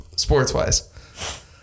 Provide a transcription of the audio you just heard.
Sports-wise